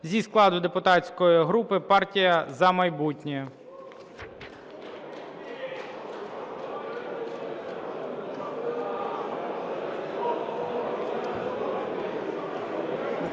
зі складу депутатської групи "Партія "За майбутнє".